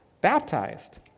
baptized